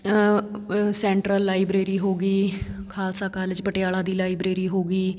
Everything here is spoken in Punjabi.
ਸੈਂਟਰਲ ਲਾਈਬ੍ਰੇਰੀ ਹੋ ਗਈ ਖਾਲਸਾ ਕਾਲਜ ਪਟਿਆਲਾ ਦੀ ਲਾਈਬ੍ਰੇਰੀ ਹੋ ਗਈ